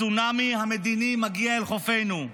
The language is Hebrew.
הצונמי המדיני מגיע אל חופינו.